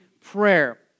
prayer